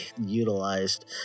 utilized